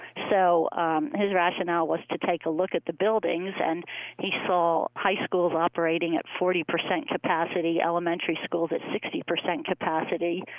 so um his rationale was to take a look at the buildings, and he saw high schools operating at forty percent capacity, elementary schools at sixty percent capacity.